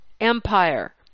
empire